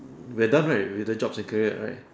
we're done right with the jobs and career right